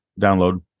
download